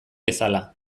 bezala